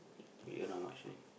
we earn how much only